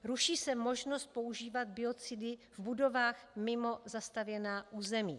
Ruší se možnost používat biocidy v budovách mimo zastavěná území.